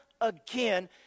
again